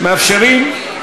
מאפשרים?